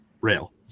rail